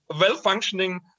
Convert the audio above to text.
well-functioning